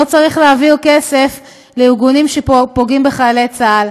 לא צריך להעביר כסף לארגונים שפוגעים בחיילי צה"ל.